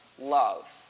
love